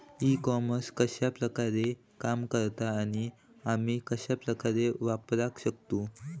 E commerce कश्या प्रकारे काम करता आणि आमी कश्या प्रकारे वापराक शकतू?